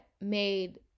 made